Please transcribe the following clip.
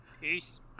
Peace